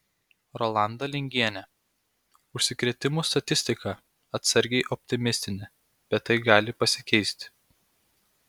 rolanda lingienė užsikrėtimų statistika atsargiai optimistinė bet tai gali pasikeisti